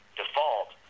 default